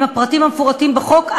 עם הפרטים המפורטים בחוק,